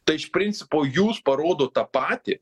tai iš principo jūs parodot tą patį